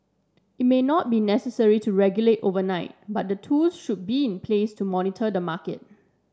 it may not be necessary to regulate overnight but the tools should be in place to monitor the market